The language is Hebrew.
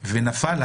ונפל.